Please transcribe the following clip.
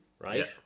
Right